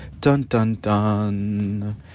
Dun-dun-dun